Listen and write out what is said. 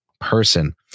person